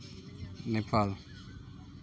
Nepal